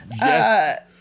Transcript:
Yes